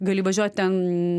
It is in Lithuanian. gali važiuot ten